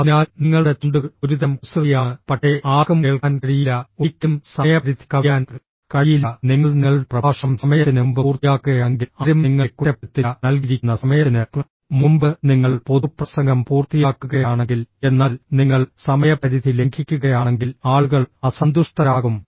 അതിനാൽ നിങ്ങളുടെ ചുണ്ടുകൾ ഒരുതരം കുസൃതിയാണ് പക്ഷേ ആർക്കും കേൾക്കാൻ കഴിയില്ല ഒരിക്കലും സമയപരിധി കവിയാൻ കഴിയില്ല നിങ്ങൾ നിങ്ങളുടെ പ്രഭാഷണം സമയത്തിന് മുമ്പ് പൂർത്തിയാക്കുകയാണെങ്കിൽ ആരും നിങ്ങളെ കുറ്റപ്പെടുത്തില്ല നൽകിയിരിക്കുന്ന സമയത്തിന് മുമ്പ് നിങ്ങൾ പൊതുപ്രസംഗം പൂർത്തിയാക്കുകയാണെങ്കിൽ എന്നാൽ നിങ്ങൾ സമയപരിധി ലംഘിക്കുകയാണെങ്കിൽ ആളുകൾ അസന്തുഷ്ടരാകും